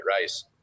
rice